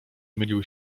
mylił